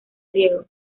griego